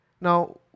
Now